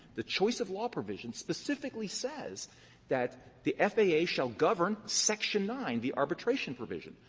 the choice of law provision, specifically says that the faa shall govern section nine, the arbitration provision.